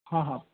हां हां